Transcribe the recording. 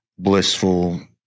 blissful